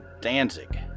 Danzig